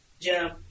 Jim